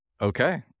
Okay